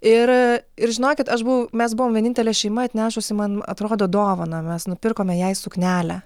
ir ir žinokit aš buvau mes buvom vienintelė šeima atnešusi man atrodo dovaną mes nupirkome jai suknelę